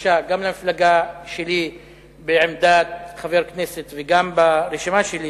אשה גם למפלגה שלי בעמדת חבר כנסת וגם ברשימה שלי,